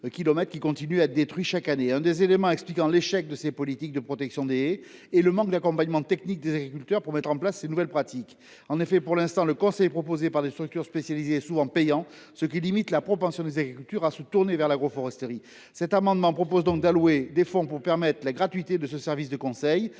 eux continuent d’être détruits chaque année. Un des éléments expliquant l’échec des politiques de protection de haies est le manque d’accompagnement technique des agriculteurs pour mettre en place de nouvelles pratiques. En effet, pour l’instant, le conseil proposé par les structures spécialisées est souvent payant, ce qui limite la propension des agriculteurs à se tourner vers l’agroforesterie. Cet amendement vise donc à allouer des fonds pour permettre la gratuité de ce service de conseil.